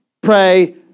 pray